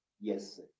yes